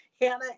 Hannah